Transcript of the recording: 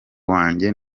wanjye